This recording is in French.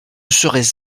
serais